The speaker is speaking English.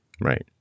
Right